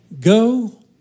Go